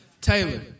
Taylor